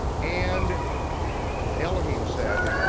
and elohim said,